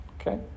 Okay